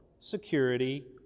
security